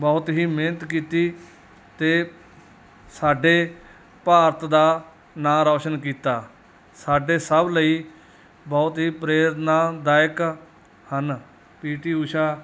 ਬਹੁਤ ਹੀ ਮਿਹਨਤ ਕੀਤੀ ਅਤੇ ਸਾਡੇ ਭਾਰਤ ਦਾ ਨਾਂ ਰੌਸ਼ਨ ਕੀਤਾ ਸਾਡੇ ਸਭ ਲਈ ਬਹੁਤ ਹੀ ਪ੍ਰੇਰਨਾਦਾਇਕ ਹਨ ਟੀ ਊਸ਼ਾ